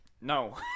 no